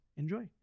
Enjoy